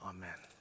Amen